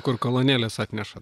kur kolonėles atneša